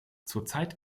zurzeit